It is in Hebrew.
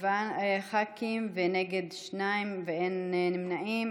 שבעה ח"כים, נגד, שניים, אין נמנעים.